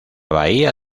bahía